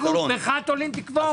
אנו בך תולים תקוות.